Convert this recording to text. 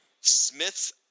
Smiths